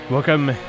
Welcome